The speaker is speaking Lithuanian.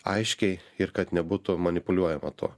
aiškiai ir kad nebūtų manipuliuojama tuo